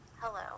Hello